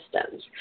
systems